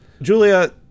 Julia